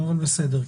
בסדר.